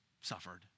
suffered